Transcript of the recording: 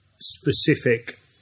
specific